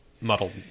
muddled